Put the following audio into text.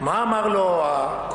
מה אמר לו מהקופה?